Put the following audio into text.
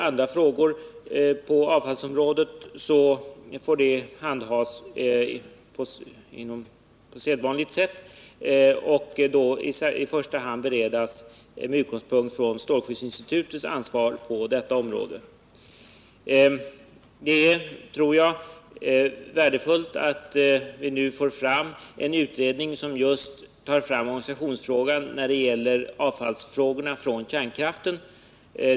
Andra avfallsfrågor får handläggas på sedvanligt sätt och i första hand beredas med utgångspunkt från strålskyddsinstitutets ansvar på detta område. Jag tror att det är värdefullt att vi nu får till stånd en utredning som tar upp just frågan om organisationen av hanteringen av avfallet från kärnkraften.